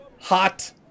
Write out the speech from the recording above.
hot